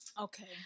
Okay